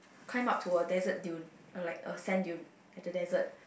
climb to a desert dune like a sand dune at the desert